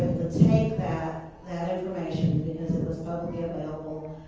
to take that, that information because it was publicly available,